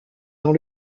dans